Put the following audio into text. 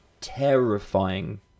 terrifying